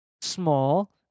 small